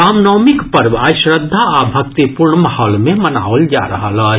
रामनवमीक पर्व आइ श्रद्धा आ भक्तिपूर्ण माहौल मे मनाओल जा रहल अछि